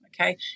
okay